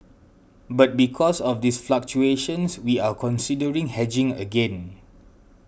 but because of these fluctuations we are considering hedging again